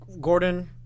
Gordon